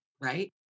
Right